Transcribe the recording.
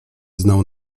znał